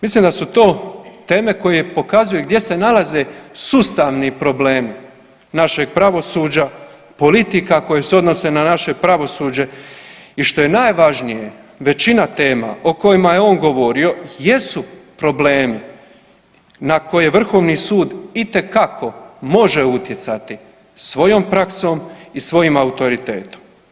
Mislim da su to teme koje pokazuju gdje se nalaze sustavni problemi našeg pravosuđa, politika koje se odnose na naše pravosuđe i što je najvažnije većina tema o kojima je on govorio jesu problemi na koje vrhovni sud itekako može utjecati svojom praksom i svojim autoritetom.